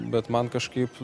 bet man kažkaip